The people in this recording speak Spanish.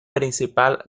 principal